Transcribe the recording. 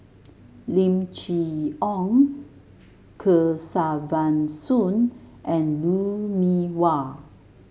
Lim Chee Onn Kesavan Soon and Lou Mee Wah